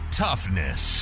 toughness